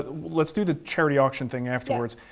ah let's do the charity auction thing afterwards.